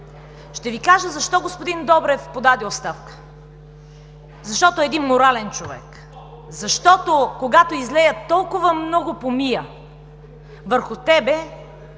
Ще Ви кажа защо господин Добрев подаде оставка. Защото е един морален човек. Защото, когато излеят толкова много помия върху теб,